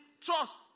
trust